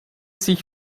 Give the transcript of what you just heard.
sich